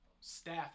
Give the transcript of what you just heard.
staff